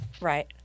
Right